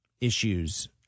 issues